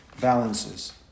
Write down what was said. balances